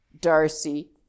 Darcy